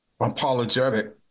apologetic